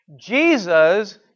Jesus